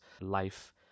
life